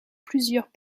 plusieurs